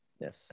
Yes